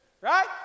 Right